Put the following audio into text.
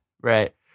right